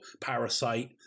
Parasite